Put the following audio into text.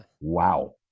Wow